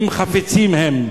אם חפצים הם.